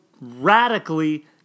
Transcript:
radically